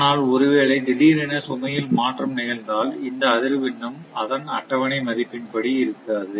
ஆனால் ஒருவேளை திடீரென சுமையில் மாற்றம் நிகழ்ந்தால் இந்த அதிர்வெண் ம் அதன் அட்டவணை மதிப்பின் படி இருக்காது